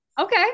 Okay